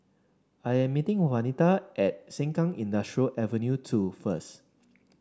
I am meeting Wanita at Sengkang Industrial Avenue two first